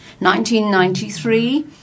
1993